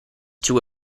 two